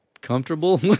comfortable